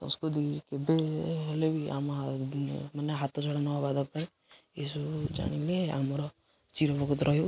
ସଂସ୍କୃତି କେବେ ହେଲେ ବି ଆମ ମାନେ ହାତ ଛଡ଼ା ନ ହବା ଦରକାର ଏସବୁ ଜାଣିଲେ ଆମର ଚିରୋପ୍ରକୃତ ରହିବ